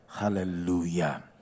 Hallelujah